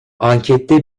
ankette